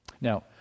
Now